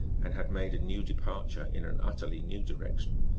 and had made a new departure in an utterly new direction,